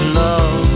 love